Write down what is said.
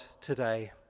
today